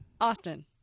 Austin